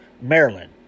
Maryland